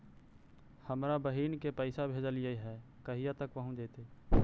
हमरा बहिन के पैसा भेजेलियै है कहिया तक पहुँच जैतै?